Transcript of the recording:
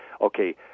Okay